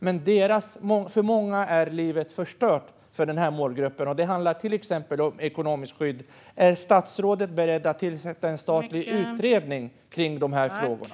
För många i den här målgruppen är livet förstört. Det handlar till exempel om ekonomiskt skydd. Är statsrådet beredd att tillsätta en statlig utredning när det gäller de här frågorna?